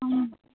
हँ